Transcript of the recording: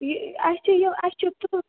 یہِ اَسہِ چھِ یہِ اَسہِ چھِ تُل